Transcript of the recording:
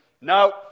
no